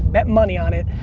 bet money on it,